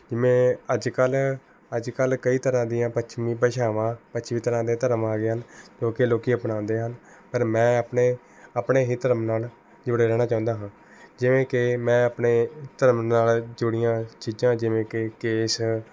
ਜਿਵੇਂ ਅੱਜ ਕੱਲ ਅੱਜ ਕੱਲ ਕਈ ਤਰ੍ਹਾਂ ਦੀਆਂ ਪੱਛਮੀ ਭਾਸ਼ਾਵਾਂ ਪੱਛਮੀ ਤਰ੍ਹਾਂ ਦੇ ਧਰਮ ਆ ਗਏ ਹਨ ਕਿਉਂਕਿ ਲੋਕ ਅਪਣਾਉਂਦੇ ਹਨ ਪਰ ਮੈਂ ਆਪਣੇ ਆਪਣੇ ਹੀ ਧਰਮ ਨਾਲ ਜੁੜੇ ਰਹਿਣਾ ਚਾਹੁੰਦਾ ਹਾਂ ਜਿਵੇਂ ਕਿ ਮੈਂ ਆਪਣੇ ਧਰਮ ਨਾਲ ਜੁੜੀਆਂ ਚੀਜ਼ਾਂ ਜਿਵੇਂ ਕਿ ਕੇਸ